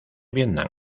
vietnam